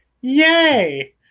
Yay